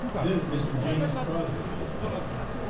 then mr. james crosby was called on.